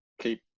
keep